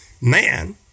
man